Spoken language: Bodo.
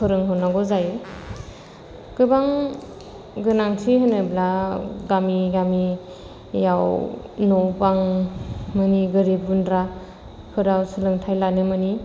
फोरोंहरनांगौ जायो गोबां गोनांसिन होनोब्ला गामि गामियाव न' बां मोनि गोरिब गुन्द्राफोरा सोलोंथाइ लानो मोनि